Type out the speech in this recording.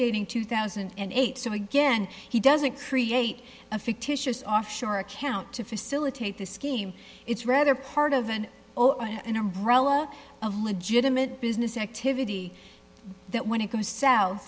dating two thousand and eight so again he doesn't create a fictitious offshore account to facilitate this scheme it's rather part of an all in a row of legitimate business activity that when he goes s